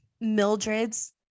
Mildred's